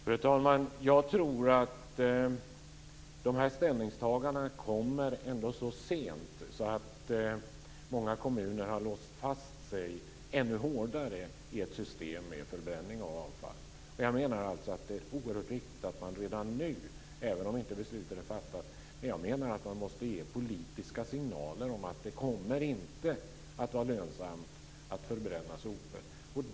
Fru talman! Jag tror att dessa ställningstaganden kommer så sent att många kommuner då redan har låst fast sig ännu hårdare i ett system med förbränning av avfall. Det är därför viktigt att man redan nu - även om beslutet ännu inte är fattat - måste ge politiska signaler om att det inte kommer att vara lönsamt att förbränna sopor.